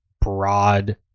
broad